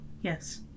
yes